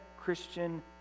Christian